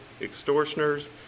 extortioners